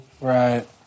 Right